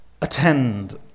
attend